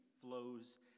flows